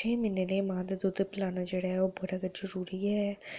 छे म्हीने मां दा दुद्ध पलैना जेह्ड़ा ऐ ओह् बड़ा गै जरूरी ऐ